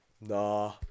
Nah